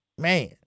Man